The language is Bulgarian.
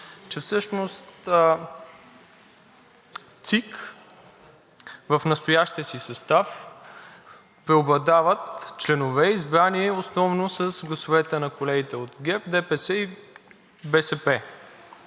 че всъщност в ЦИК в настоящия си състав преобладават членове, избрани основно с гласовете на колегите от ГЕРБ, ДПС и БСП.